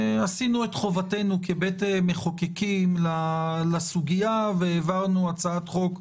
שעשינו את חובתנו כבית המחוקקים והעברנו הצעת חוק,